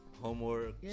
homework